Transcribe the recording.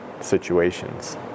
situations